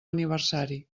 aniversari